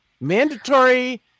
Mandatory